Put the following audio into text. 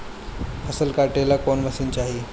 फसल काटेला कौन मशीन चाही?